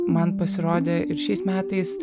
man pasirodė ir šiais metais